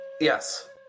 Yes